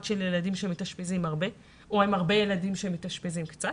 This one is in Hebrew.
של ילדים שמתאשפזים הרבה או האם הרבה ילדים שמתאשפזים קצת,